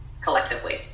collectively